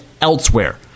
elsewhere